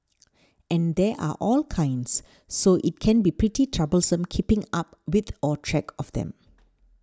and there are all kinds so it can be pretty troublesome keeping up with or track of them